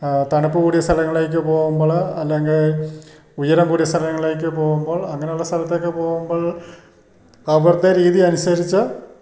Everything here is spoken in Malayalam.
തണുപ്പു കൂടിയ സ്ഥലങ്ങളിലേക്ക് പോകുമ്പോൾ അല്ലെങ്കിൽ ഉയരം കൂടിയ സ്ഥലങ്ങളിലേക്ക് പോകുമ്പോൾ അങ്ങനെയുള്ള സ്ഥലത്തൊക്കെ പോകുമ്പോൾ അവടുത്തെ രീതിയനുസരിച്ച്